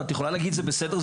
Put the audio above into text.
את יכולה להגיד זה בסדר,